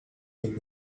them